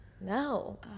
No